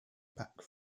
back